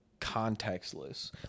contextless